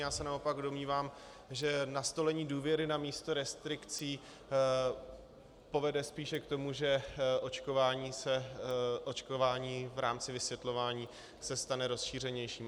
Já se naopak domnívám, že nastolení důvěry namísto restrikcí povede spíše k tomu, že očkování v rámci vysvětlování se stane rozšířenějším.